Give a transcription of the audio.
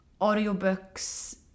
audiobooks